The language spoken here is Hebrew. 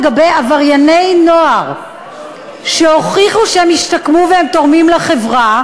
לגבי עברייני נוער שהוכיחו שהם השתקמו והם תורמים לחברה,